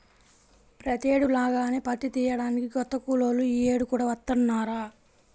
ప్రతేడు లాగానే పత్తి తియ్యడానికి కొత్త కూలోళ్ళు యీ యేడు కూడా వత్తన్నారా